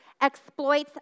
exploits